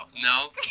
No